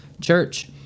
church